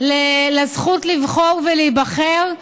לזכות לבחור ולהיבחר,